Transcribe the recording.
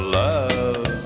love